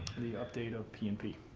the update of p and p.